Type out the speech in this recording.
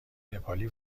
نپالی